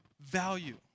value